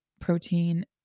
protein